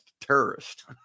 terrorist